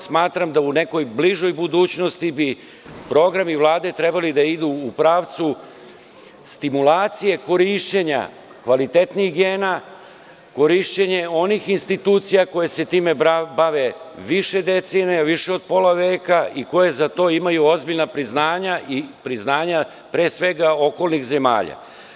Smatram da bi u nekoj bližoj budućnosti programi Vlade trebali da idu u pravcu stimulacije korišćenja kvalitetnijih gena, korišćenja onih institucija koje se time bave više decenija, više od pola veka i koje za to imaju ozbiljna priznanja i priznanja pre svega okolnih zemalja.